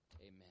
Amen